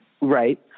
right